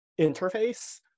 interface